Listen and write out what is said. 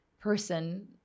person